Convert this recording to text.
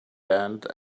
end